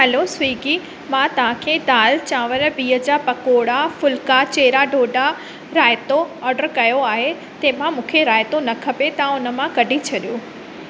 hello Swiggy मां तव्हां दाल चांवरु बिह जा पकौड़ा फुलिका चहिरा डोडा रायतो ऑडर कयो आहे ते म मूंखे रायतो न खपे तव्हां उन मां कढी छॾियो